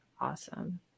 Awesome